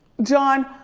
john,